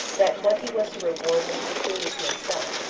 that what he was to reward was peculiar to himself,